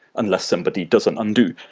unless somebody doesn't undo.